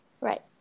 Right